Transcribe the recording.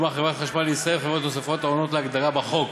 לדוגמה חברת החשמל לישראל וחברות נוספות העונות להגדרה בחוק.